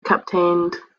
captained